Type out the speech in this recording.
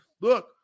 look